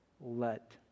let